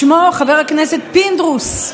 שמו חבר הכנסת פינדרוס,